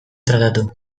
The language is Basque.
tratatu